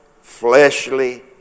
fleshly